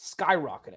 skyrocketing